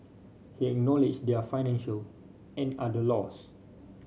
he acknowledged their financial and other loss